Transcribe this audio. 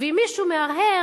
ואם מישהו מהרהר,